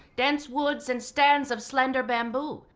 dense woods and stands of slender bamboo,